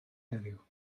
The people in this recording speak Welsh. heddiw